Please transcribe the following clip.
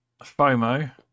FOMO